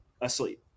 asleep